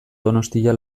donostia